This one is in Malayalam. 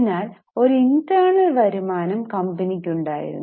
അതിനാൽ ഒരു ഇന്റേണൽ വരുമാനം കമ്പനിക്ക് ഉണ്ടായിരുന്നു